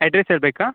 address ಹೇಳ್ಬೇಕಾ